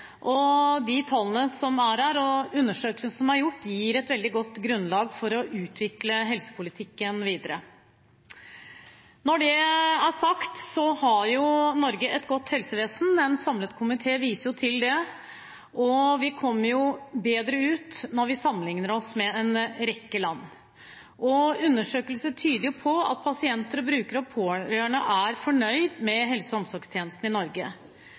og de tallene som er her, og undersøkelser som er gjort, gir et veldig godt grunnlag for å utvikle helsepolitikken videre. Når det er sagt, har Norge et godt helsevesen. En samlet komité viser til det. Vi kommer bedre ut når vi sammenligner oss med en rekke land. Undersøkelser tyder på at pasienter, brukere og pårørende er fornøyd med helse- og omsorgstjenestene i Norge.